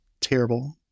terrible